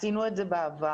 עשינו את זה בעבר,